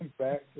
back